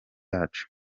yacu